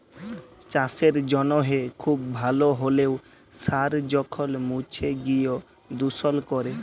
চাসের জনহে খুব ভাল হ্যলেও সার যখল মুছে গিয় দুষল ক্যরে